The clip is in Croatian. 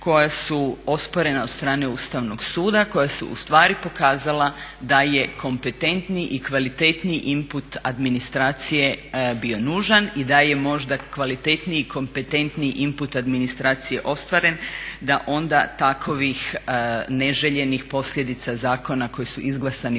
koja su osporena od strane Ustavnog suda, koja su ustvari pokazala da je kompetentni i kvalitetniji input administracije bio nužan i da je možda kvalitetniji i kompetentniji input administracije ostvaren da onda takvih neželjenih posljedica zakona koji su izglasani